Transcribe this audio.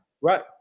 right